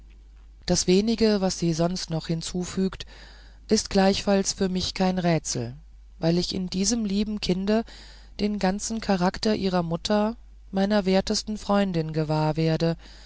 das wenige was sie sonst noch hinzufügt ist gleichfalls für mich kein rätsel weil ich in diesem lieben kinde den ganzen charakter ihrer mutter meiner wertesten freundin gewahr werde